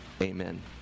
Amen